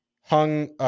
hung